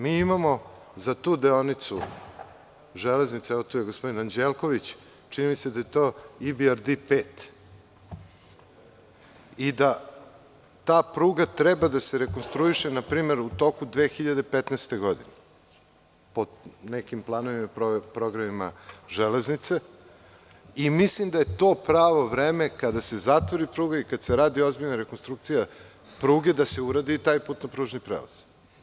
Mi imamo za tu deonicu železnice, evo tu je gospodin Anđelković, čini mi se da je to IBRD 5, da ta pruga treba da se rekonstruiše npr. u toku 2015. godine po nekim planovima i programima Železnice i mislim da je to pravo vreme, kada se zatvori pruga i kada se radne neke ozbiljne rekonstrukcije pruge, da se uradi i taj putno pružni prelaz.